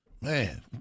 Man